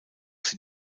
sie